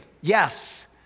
yes